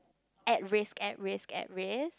at risk at risk at risk